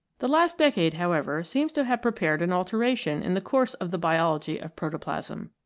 the last decade, however, seems to have pre pared an alteration in the course of the biology of protoplasm.